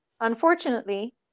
unfortunately